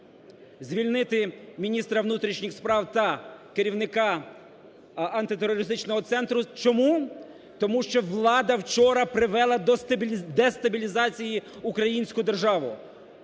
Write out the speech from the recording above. звільнити міністра внутрішніх справ та керівника антитерористичного центру. Чому? Тому що влада вчора привела до дестабілізації українську державу.